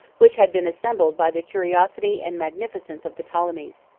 which had been assembled by the curiosity and magnificence of the ptolemies.